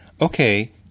Okay